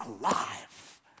alive